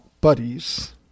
buddies